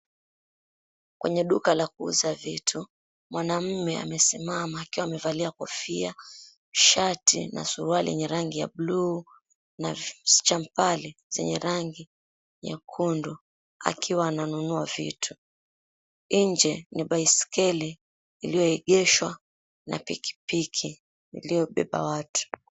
Kwenye duka la kuuza vitu, mwanaume amesimama akiwa amevalia kofia, shati na suruali yenye rangi ya blue na champali zenye rangi nyekundu akiwa ananunua vitu. Inje ni baiskeli ilioegeshwa na pikipiki iliobeba watu.